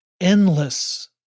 endless